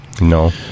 no